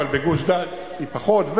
אבל בגוש-דן היא פחות,